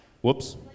Whoops